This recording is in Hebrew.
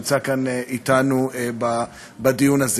שנמצא כאן אתנו בדיון הזה.